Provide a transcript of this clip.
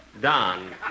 Don